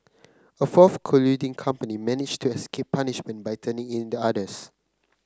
a fourth colluding company managed to escape punishment by turning in the others